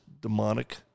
demonic